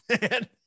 man